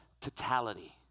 totality